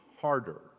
harder